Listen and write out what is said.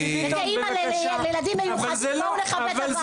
כאימא לילדים מיוחדים, זה לא מכבד את הוועדה.